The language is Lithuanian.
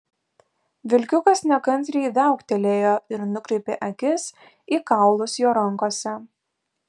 vilkiukas nekantriai viauktelėjo ir nukreipė akis į kaulus jo rankose